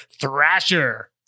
Thrasher